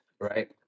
right